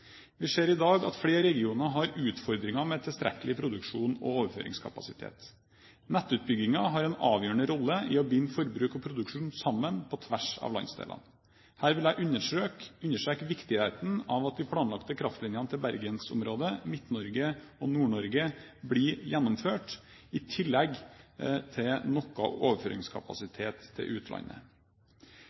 Vi ser i dag at flere regioner har utfordringer med tilstrekkelig produksjon og overføringskapasitet. Nettutbyggingen har en avgjørende rolle i å binde forbruk og produksjon sammen på tvers av landsdelene. Her vil jeg understreke viktigheten av at de planlagte kraftlinjene til bergensområdet, Midt-Norge og Nord-Norge blir gjennomført, i tillegg til noe overføringskapasitet til utlandet.